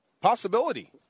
possibility